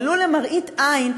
ולו למראית עין,